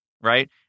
right